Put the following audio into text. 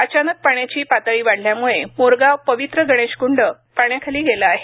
अचानक पाण्याची पातळी वाढल्यामुळे मोरगाव पवित्र गणेश कुंड पाण्याखाली गेले आहे